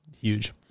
Huge